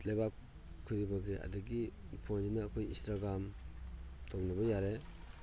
ꯂꯩꯕꯥꯛ ꯈꯨꯗꯤꯡꯃꯛꯇ ꯑꯗꯒꯤ ꯐꯣꯟꯁꯤꯅ ꯑꯩꯈꯣꯏ ꯏꯟꯁꯇ꯭ꯔꯥꯒꯥꯝ ꯇꯧꯅꯕ ꯌꯥꯔꯦ